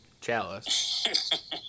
Chalice